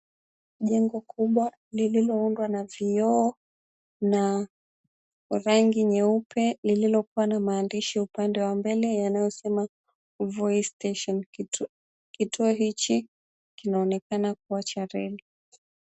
Jengo kubwa lililoundwa na vioo na rangi nyeupe lililokuwa na maandishi upande wa mbele yanayosema, 'Voice Station.' Kituo hichi kinaonekana kuwa cha redio.